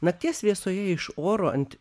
nakties vėsoje iš oro ant